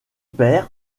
père